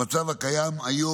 במצב הקיים היום,